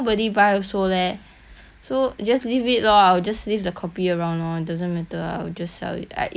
so just leave it lor I will just leave the copy around lor doesn't matter ah will just sell it I it will eventually get sold [one] lah